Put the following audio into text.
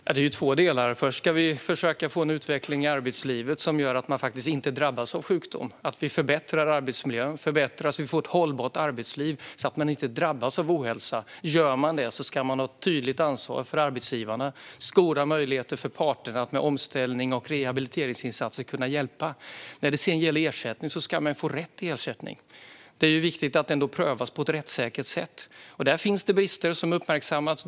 Fru talman! Det finns två delar i detta. Först ska vi försöka få en utveckling i arbetslivet som gör att man inte drabbas av sjukdom. Vi ska försöka förbättra arbetsmiljön och få ett hållbart arbetsliv så att man inte drabbas av ohälsa, och om man gör det ska det finnas ett tydligt ansvar för arbetsgivarna och stora möjligheter för parterna att med omställning och rehabiliteringsinsatser hjälpa personen i fråga. När det sedan gäller ersättning ska man få rätt till sådan. Det är viktigt att den prövas på ett rättssäkert sätt. Där finns det brister som har uppmärksammats.